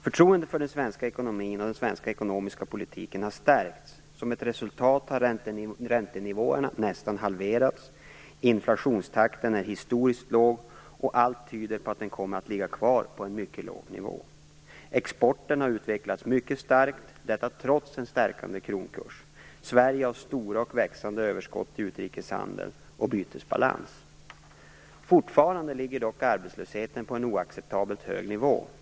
Förtroendet för den svenska ekonomin och den svenska ekonomiska politiken har stärkts. Som ett resultat har räntenivåerna nästan halverats. Inflationstakten är historiskt låg, och allt tyder på att den kommer att ligga kvar på en mycket låg nivå. Exporten har utvecklats mycket starkt, detta trots en starkare kronkurs. Sverige har stora och växande överskott i utrikeshandeln och bytesbalansen. Fortfarande ligger dock arbetslösheten på en oacceptabelt hög nivå.